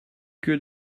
que